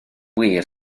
wir